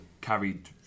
carried